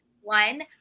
One